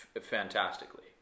fantastically